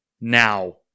now